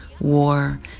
war